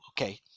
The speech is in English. okay